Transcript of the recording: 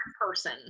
person